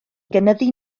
gynyddu